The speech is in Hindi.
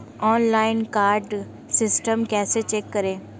ऑनलाइन कार्ड स्टेटमेंट कैसे चेक करें?